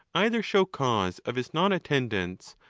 either show cause of his non-attendance,